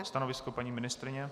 Stanovisko paní ministryně?